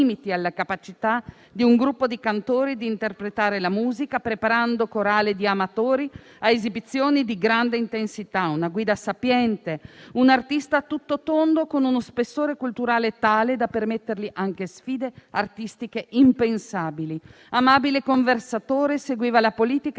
alla capacità di un gruppo di cantori di interpretare la musica, preparando corali di amatori ed esibizioni di grande intensità. Una guida sapiente, un artista a tutto tondo con uno spessore culturale tale da permettergli anche sfide artistiche impensabili. Amabile conversatore, seguiva la politica